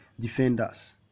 defenders